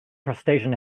crustacean